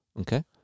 Okay